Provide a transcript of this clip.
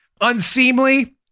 unseemly